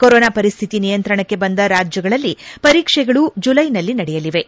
corona ಪರಿಶ್ವಿತಿ ನಿಯಂತ್ರಣಕ್ಕೆ ಬಂದ ರಾಜ್ಯಗಳಲ್ಲಿ ಪರೀಕ್ಷೆಗಳು ಜುಲೈನಲ್ಲಿ ನಡೆಯಲಿವೆ